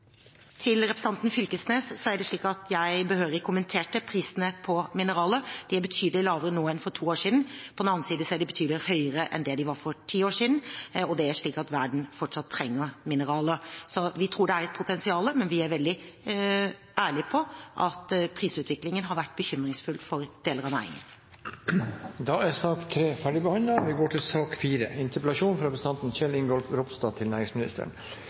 Til representanten Fylkesnes: Det er slik at jeg behørig kommenterte prisene på mineraler. De er betydelig lavere nå enn for to år siden. På den annen side er de betydelig høyere enn det de var for ti år siden. Og det er slik at verden fortsatt trenger mineraler. Så vi tror det er et potensial, men vi er veldig ærlig på at prisutviklingen har vært bekymringsfull for deler av næringen. Dermed er sak